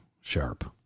sharp